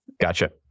Gotcha